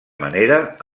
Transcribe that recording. manera